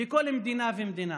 בכל מדינה ומדינה.